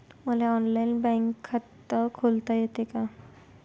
मले online bank खात खोलता येते का?